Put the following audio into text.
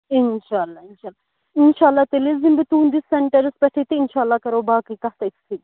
اِنشاء اللہ اِنشاء اللہ اِنشاء اللہ تیٚلہِ حظ یِمہٕ بہٕ تُہٕنٛدِس سٮ۪نٹَرَس پٮ۪ٹھٕے تہٕ اِنشاء اللہ کَرَو باقٕے کَتھ تٔتھٕے